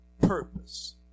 purpose